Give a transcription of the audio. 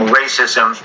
racism